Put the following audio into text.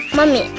Mommy